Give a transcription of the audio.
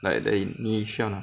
like the ini~ initial